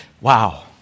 Wow